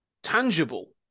Tangible